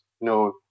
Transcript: no